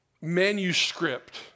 manuscript